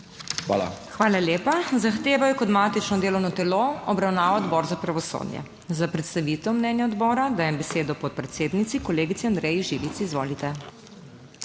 HOT: Hvala lepa. Zahtevo je kot matično delovno telo obravnaval Odbor za pravosodje. Za predstavitev mnenja odbora dajem besedo podpredsednici, kolegici Andreji Živic. Izvolite.